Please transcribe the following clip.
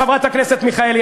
חברת הכנסת מיכאלי?